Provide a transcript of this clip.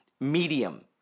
medium